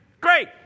Great